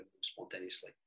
spontaneously